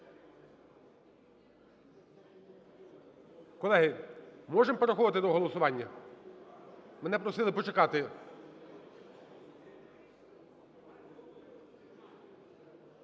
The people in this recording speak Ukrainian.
Колеги, можемо переходити до голосування? Мене просили почекати.